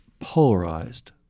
Polarized